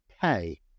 pay